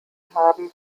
haben